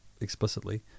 Explicitly